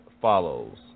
follows